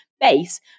base